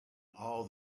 all